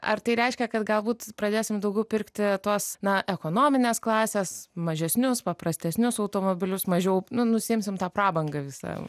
ar tai reiškia kad galbūt pradėsim daugiau pirkti tuos na ekonominės klasės mažesnius paprastesnius automobilius mažiau nu nusiimsim tą prabangą visą